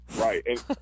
Right